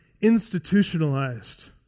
institutionalized